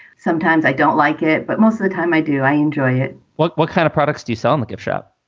sometimes i don't like it, but most of the time i do. i enjoy it well, what kind of products do you sell in the gift shop?